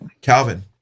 Calvin